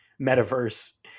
metaverse